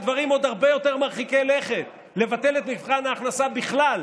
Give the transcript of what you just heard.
דברים עוד הרבה יותר מרחיקי לכת: לבטל את מבחן ההכנסה בכלל,